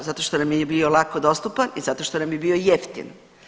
Zato što nam je bio lako dostupan i zato što nam je bio jeftin.